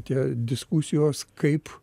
tie diskusijos kaip